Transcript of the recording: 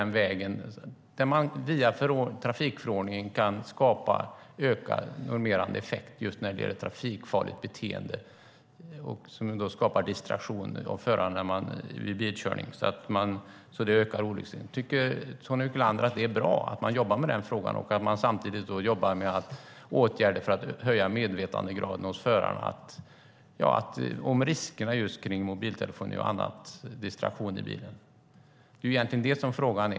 Man kan via trafikförordningen skapa en ökad normerande effekt just när det gäller trafikfarligt beteende som skapar distraktion hos förare vid bilkörning och ökar olycksrisken. Tycker Tony Wiklander att det är bra att man jobbar med den frågan och att man samtidigt jobbar med åtgärder för att öka medvetandegraden hos förarna om riskerna med mobiltelefoner och annan distraktion i bilen? Det är egentligen det som är frågan.